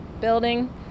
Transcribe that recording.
building